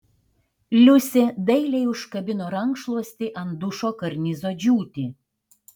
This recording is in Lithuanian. liusė dailiai užkabino rankšluostį ant dušo karnizo džiūti